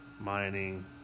mining